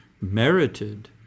merited